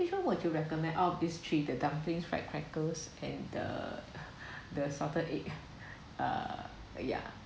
which one would you recommend out of these three the dumplings fried crackers and the the salted egg ah yeah